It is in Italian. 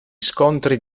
scontri